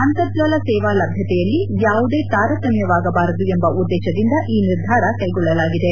ಅಂತರ್ಜಾಲ ಸೇವಾ ಲಭ್ಯತೆಯಲ್ಲಿ ಯಾವುದೇ ತಾರತಮ್ಯವಾಗಬಾರದು ಎಂಬ ಉದ್ದೇಶದಿಂದ ಈ ನಿರ್ಧಾರ ಕೈಗೊಳ್ಳಲಾಗಿದೆ